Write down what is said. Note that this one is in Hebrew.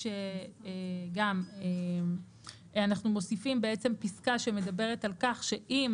אנחנו מוסיפים פסקה שמדברת על כך שאם